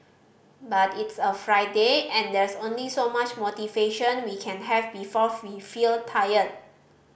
but it's a Friday and there's only so much motivation we can have before we feel tired